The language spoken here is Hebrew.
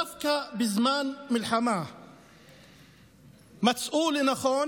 דווקא בזמן מלחמה מצאו לנכון,